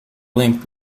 link